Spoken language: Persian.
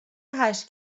هشت